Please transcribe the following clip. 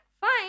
fine